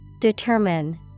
Determine